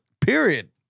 period